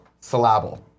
Syllable